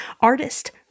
artist